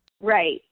Right